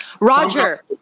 Roger